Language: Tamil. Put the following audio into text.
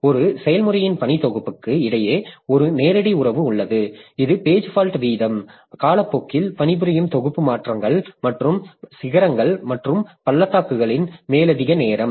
ஒரு செயல்முறையின் பணி தொகுப்புக்கு இடையே ஒரு நேரடி உறவு உள்ளது இது பேஜ் ஃபால்ட் வீதம் காலப்போக்கில் பணிபுரியும் தொகுப்பு மாற்றங்கள் மற்றும் சிகரங்கள் மற்றும் பள்ளத்தாக்குகளின் மேலதிக நேரம்